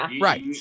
right